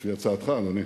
לפי הצעתך, אדוני,